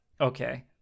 okay